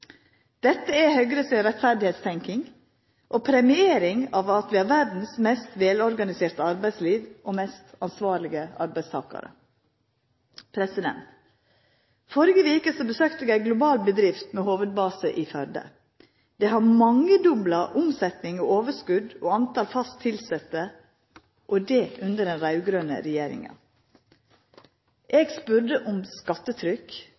Dette er Høgre si rettferdstenking og premiering av at vi har verdas mest velorganiserte arbeidsliv og mest ansvarlege arbeidstakarar. Førre veke besøkte eg ei global bedrift med hovudbase i Førde. Ho har mangedobla omsetninga og overskotet og talet på fast tilsette – og det under den raud-grøne regjeringa. Eg spurde om skattetrykk,